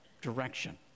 direction